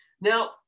Now